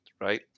right